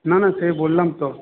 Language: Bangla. না না সে বললাম তো